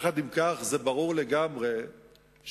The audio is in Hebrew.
עם זאת, ברור לגמרי שה"חיזבאללה"